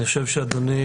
אני חושב שאדוני,